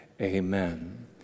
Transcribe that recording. Amen